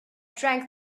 drank